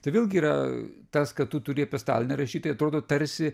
tai vėlgi yra tas kad tu turi apie staliną rašyt tai atrodo tarsi